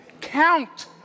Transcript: Count